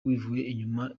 inyuma